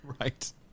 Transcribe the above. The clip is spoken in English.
Right